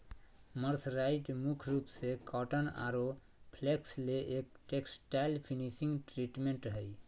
mercerised मुख्य रूप से कॉटन आरो फ्लेक्स ले एक टेक्सटाइल्स फिनिशिंग ट्रीटमेंट हई